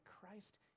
Christ